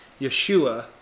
Yeshua